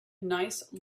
nice